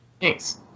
Thanks